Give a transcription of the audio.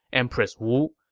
empress wu,